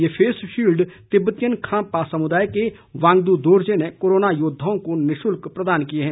ये face shield Tibetan Khampa समुदाय के वांगद दोरजे ने कोरोना योद्वाओं को निशुल्क प्रदान किए हैं